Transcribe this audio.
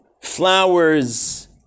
flowers